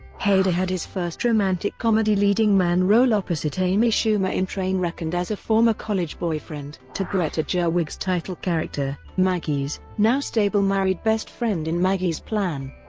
hader had his first romantic-comedy leading man role opposite amy schumer in trainwreck and as a former college boyfriend to greta gerwig's title character, maggie's, now stable married best friend in maggie's plan.